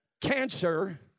Cancer